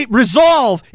resolve